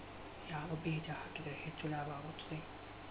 ಯಾವ ಬೇಜ ಹಾಕಿದ್ರ ಹೆಚ್ಚ ಲಾಭ ಆಗುತ್ತದೆ?